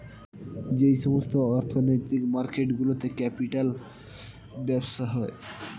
যেই সমস্ত অর্থনৈতিক মার্কেট গুলোতে ক্যাপিটাল ব্যবসা হয়